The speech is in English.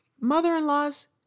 Mother-in-laws